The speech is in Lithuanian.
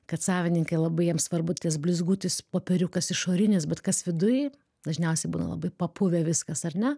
kad savininkai labai jiems svarbu tas blizgutis popieriukas išorinis bet kas viduj dažniausiai būna labai papuvę viskas ar ne